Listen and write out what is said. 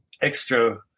extra